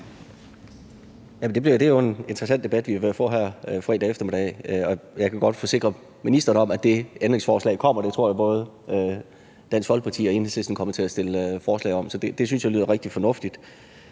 det er jo en interessant debat, vi er ved at få her fredag eftermiddag, og jeg kan godt forsikre ministeren om, at det ændringsforslag kommer. Jeg tror, at både Dansk Folkeparti og Enhedslisten kommer til at stille forslag om det. Så det synes jeg lyder rigtig fornuftigt.